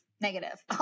negative